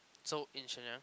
so in Shenyang